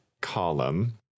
column